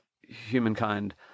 humankind